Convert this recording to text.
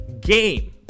Game